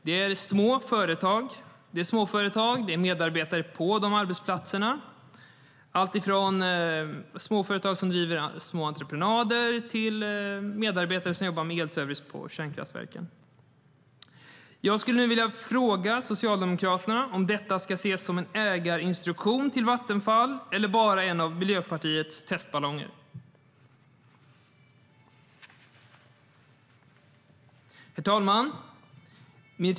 De är småföretagare och medarbetare på de olika arbetsplatserna, som arbetar med alltifrån små entreprenader till elservice vid kärnkraftverken. Herr talman!